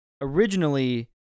originally